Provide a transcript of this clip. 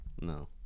no